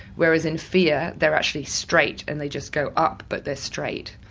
whereas in fear they are actually straight and they just go up but they're straight.